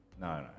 No